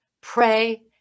Pray